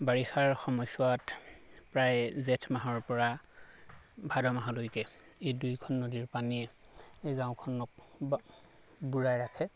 বাৰিষাৰ সময়ছোৱাত প্ৰায় জেঠ মাহৰ পৰা ভাদ মাহলৈকে এই দুয়োখন নদীৰ পানীয়ে এই গাঁওখনক ব বুৰাই ৰাখে